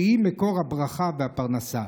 שהיא מקור הברכה והפרנסה.